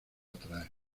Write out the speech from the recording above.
atraer